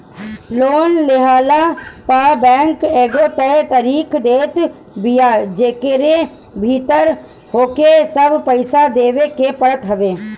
loan लेहला पअ bank एगो तय तारीख देत बिया जेकरी भीतर होहके सब पईसा देवे के पड़त हवे